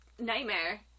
nightmare